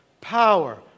power